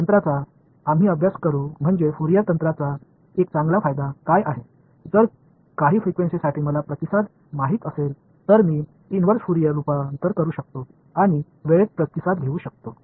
எனவே ஃபோரியர் நுட்பங்களின் ஒரு பெரிய நன்மை என்ன என்பதைப் படிப்போம் ஒரு சில அதிர்வெண்களுக்கான பதிலை நான் அறிந்தால் நான் ஒரு தலைகீழ் ஃபோரியர் உருமாற்றம் செய்து சரியான நேரத்தில் பதிலைக் கண்டுபிடிக்க முடியும்